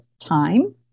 time